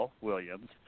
Williams